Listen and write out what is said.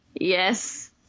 Yes